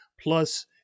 plus